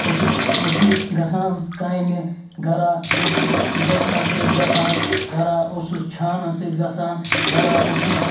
پوٚتُس اوسُس گژھان کامہِ گَرا اوسُس دٔسۍ لَن سۭتۍ گژھان گَرا اوسُس چھانَس سۭتۍ گژھان گرا اوسُس